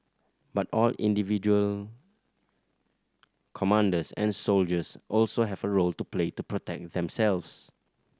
but all individual commanders and soldiers also have a role to play to protect themselves